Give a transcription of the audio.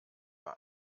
war